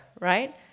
right